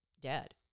dead